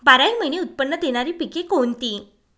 बाराही महिने उत्त्पन्न देणारी पिके कोणती?